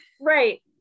right